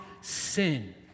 sin